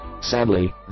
Sadly